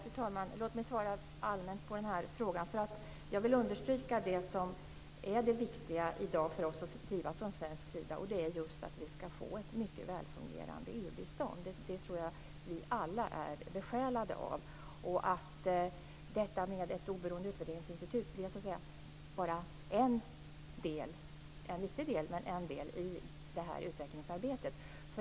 Fru talman! Låt mig svara allmänt på frågan. Jag vill understryka det som är det viktiga i dag för oss att driva från svensk sida - och det är just att vi ska få ett mycket välfungerande EU-bistånd. Jag tror att vi alla är besjälade av detta. Ett oberoende utvärderingsinstitut är bara en, men visserligen viktig, del i utvecklingsarbetet.